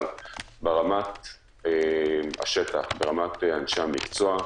אבל ברמת השטח, ברמת אנשי המקצוע,